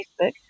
Facebook